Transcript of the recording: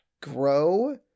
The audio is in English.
grow